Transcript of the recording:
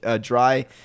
dry